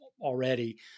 already